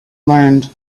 learned